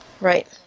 right